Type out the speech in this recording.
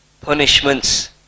punishments